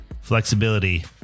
Flexibility